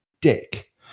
dick